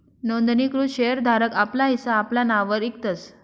नोंदणीकृत शेर धारक आपला हिस्सा आपला नाववर इकतस